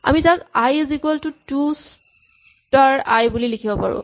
আমি তাক I is equal to two star I বুলি লিখিব পাৰো